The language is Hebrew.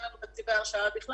אין לנו תקציבי הרשאה בכלל.